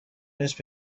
نیس